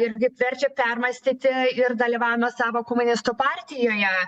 irgi verčia permąstyti ir dalyvavimą savo komunistų partijoje